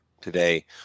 today